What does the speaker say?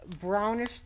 brownish